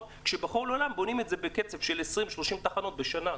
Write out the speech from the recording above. כשבכל העולם בונים את זה בקצב של 20,30 תחנות בשנה?